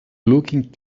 looking